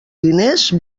diners